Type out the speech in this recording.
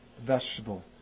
vegetable